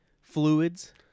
Fluids